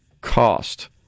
cost